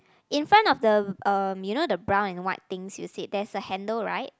in front of the um you know the brown and white things you sit there's a handle right